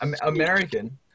American